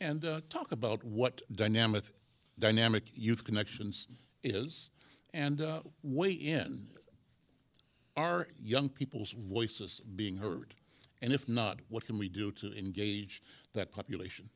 and talk about what dynamic dynamic youth connections is and way in our young people's voices being heard and if not what can we do to engage that population